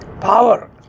power